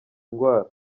ndwara